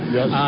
Yes